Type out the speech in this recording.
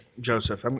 Joseph